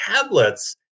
tablets